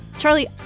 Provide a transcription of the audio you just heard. Charlie